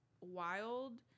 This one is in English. wild